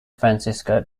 francisco